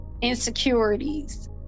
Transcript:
insecurities